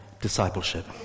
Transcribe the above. discipleship